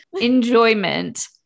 enjoyment